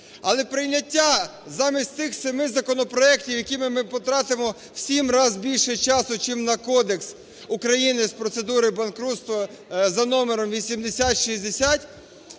Але прийняття замість тих семи законопроектів, якими ми потратимо в сім раз більше часу, чим на Кодекс України з процедури банкрутства за номером 8060,